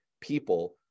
people